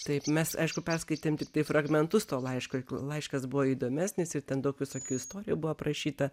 taip mes aišku perskaitėm tiktai fragmentus to laiško laiškas buvo įdomesnis ir ten daug visokių istorijų buvo aprašyta